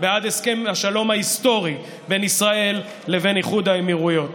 בעד הסכם השלום ההיסטורי בין ישראל לבין איחוד האמירויות.